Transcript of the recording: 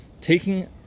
taking